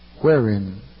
Wherein